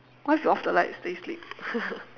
what if we off the lights then you sleep